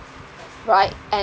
right and